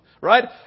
right